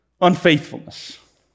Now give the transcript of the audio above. unfaithfulness